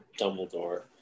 Dumbledore